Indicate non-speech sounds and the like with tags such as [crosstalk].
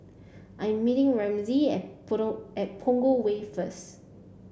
I'm meeting Ramsey at [unintelligible] at Punggol Way first